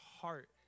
heart